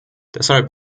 deshalb